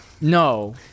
No